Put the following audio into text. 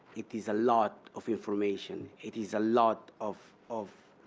it is a lot of information. it is a lot of of